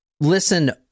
listen